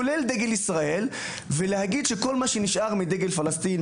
כולל דגל ישראל ולהגיד שכל מה שנשאר מדגל פלסטין,